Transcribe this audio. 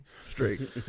Straight